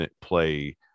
play